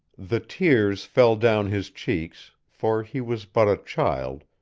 the tears fell down his cheeks, for he was but a child,